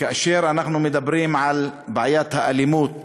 וכאשר אנחנו מדברים על בעיית האלימות